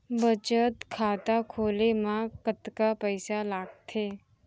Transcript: बचत खाता खोले मा कतका पइसा लागथे?